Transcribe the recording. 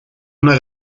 una